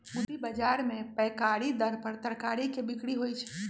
गुदरी बजार में पैकारी दर पर तरकारी के बिक्रि होइ छइ